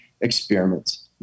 experiments